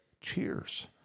cheers